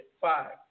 five